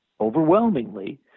overwhelmingly